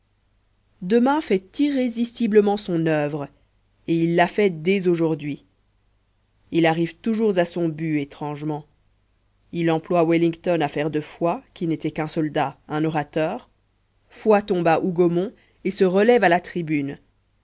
demain fait irrésistiblement son oeuvre et il la fait dès aujourd'hui il arrive toujours à son but étrangement il emploie wellington à faire de foy qui n'était qu'un soldat un orateur foy tombe à hougomont et se relève à la tribune